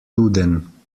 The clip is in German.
duden